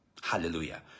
Hallelujah